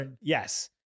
yes